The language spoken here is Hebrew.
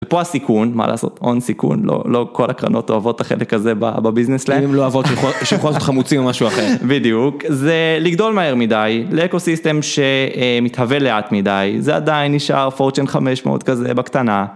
פה הסיכון, מה לעשות, הון סיכון, לא כל הקרנות אוהבות את החלק הזה בביזנס שלהן. אם הן לא אוהבות שילכו לעשות חמוצים או משהו אחר. בדיוק, זה לגדול מהר מדי לאקו סיסטם שמתהווה לאט מדי, זה עדיין נשאר פורצ'ן 500 כזה בקטנה.